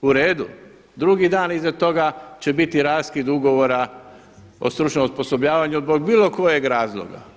Uredu, drugi dan iza toga će biti raskid ugovora o stručnom osposobljavanju zbog bilo kojeg razloga.